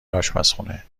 اشپزخونه